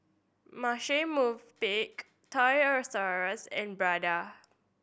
Marche Movenpick Toys R Us and Prada